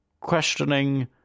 questioning